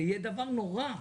זה יהיה דבר נורא.